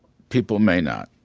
people may not,